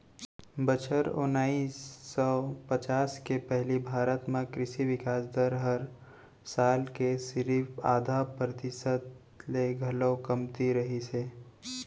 बछर ओनाइस सौ पचास के पहिली भारत म कृसि बिकास दर हर साल के सिरिफ आधा परतिसत ले घलौ कमती रहिस हे